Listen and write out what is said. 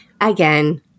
again